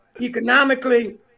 economically